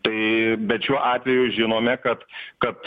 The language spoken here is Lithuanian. tai bet šiuo atveju žinome kad kad